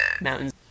mountains